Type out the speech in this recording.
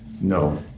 No